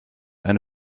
eine